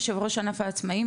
יו"ר ענף העצמאים,